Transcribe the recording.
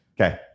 Okay